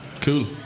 cool